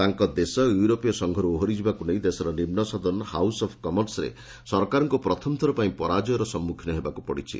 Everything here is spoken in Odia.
ତାଙ୍କ ଦେଶ ୟୁରୋପୀୟ ସଂଘରୁ ଓହରିଯିବାକୁ ନେଇ ଦେଶର ନିମ୍ନ ସଦନ ହାଉସ୍ ଅଫ୍ କମନ୍ନରେ ସରକାରଙ୍କୁ ପ୍ରଥମଥର ପାଇଁ ପରାଜୟର ସମ୍ମୁଖୀନ ହେବାକୁ ପଡ଼ିଛି